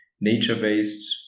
nature-based